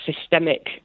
systemic